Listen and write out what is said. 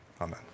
Amen